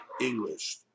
English